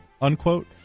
Unquote